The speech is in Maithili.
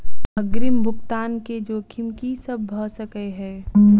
अग्रिम भुगतान केँ जोखिम की सब भऽ सकै हय?